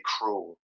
cruel